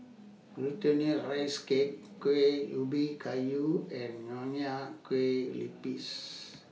Glutinous Rice Cake Kuih Ubi Kayu and Nonya Kueh Lapis